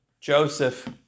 Joseph